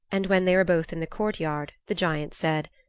and when they were both in the courtyard the giant said,